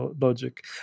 logic